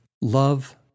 Love